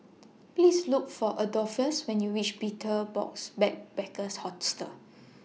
Please Look For Adolphus when YOU REACH Betel Box Backpackers Hostel